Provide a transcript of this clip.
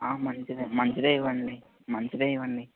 మంచిదే మంచిదే ఇవ్వండి మంచిదే ఇవ్వండి